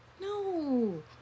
No